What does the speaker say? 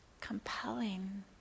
compelling